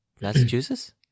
Massachusetts